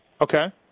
Okay